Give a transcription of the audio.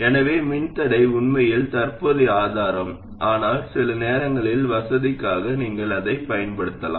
எனவே மின்தடை உண்மையில் தற்போதைய ஆதாரம் ஆனால் சில நேரங்களில் வசதிக்காக நீங்கள் அதைப் பயன்படுத்தலாம்